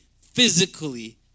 physically